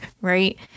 right